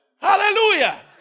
Hallelujah